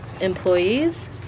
employees